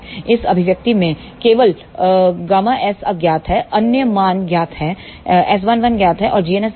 इस अभिव्यक्ति में केवल Γs अज्ञात है अन्य मान ज्ञात हैं S11 ज्ञात है और gns ज्ञात है